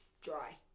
Dry